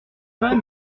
pas